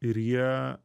ir jie